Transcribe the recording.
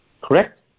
Correct